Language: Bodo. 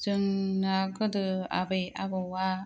जोंना गोदो आबै आबौआ